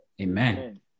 Amen